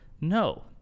no